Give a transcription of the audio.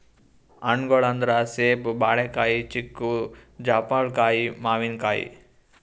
ಹಣ್ಣ್ಗೊಳ್ ಅಂದ್ರ ಸೇಬ್, ಬಾಳಿಕಾಯಿ, ಚಿಕ್ಕು, ಜಾಪಳ್ಕಾಯಿ, ಮಾವಿನಕಾಯಿ